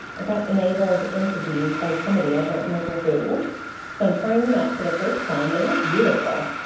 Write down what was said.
i got enabled into these by somebody i don't remember who so i'm trying them out for the first time. they are beautiful